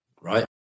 right